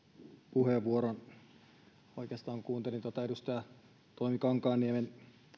puheenvuoron oikeastaan kun kuuntelin tuota edustaja toimi kankaanniemen